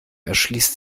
erschließt